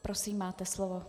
Prosím, máte slovo.